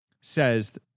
Says